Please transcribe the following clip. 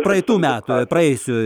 praeitų metų praėjusiųjų rinkimų